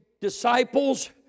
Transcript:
disciples